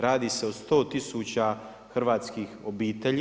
Radi se o 100000 hrvatskih obitelji.